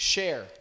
Share